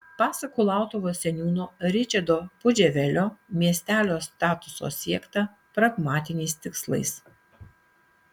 pasak kulautuvos seniūno ričardo pudževelio miestelio statuso siekta pragmatiniais tikslais